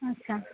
আচ্ছা